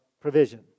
provision